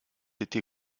été